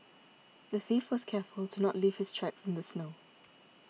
the thief was careful to not leave his tracks in the snow